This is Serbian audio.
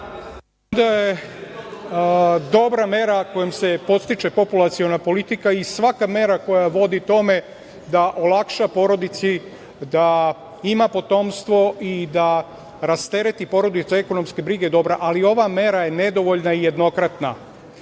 da je ovo dobra mera kojom se podstiče populaciona politika i svaka mera koja vodi tome da olakša porodici da ima potomstvo i da rastereti porodicu ekonomske brige dobra, ali ova mera je nedovoljna i jednokratna. Dakle,